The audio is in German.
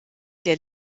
der